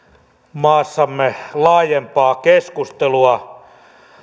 maassamme laajempaa keskustelua